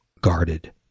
guarded